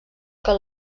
que